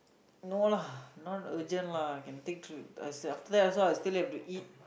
no lah not urgent lah can take train after that also I still have to eat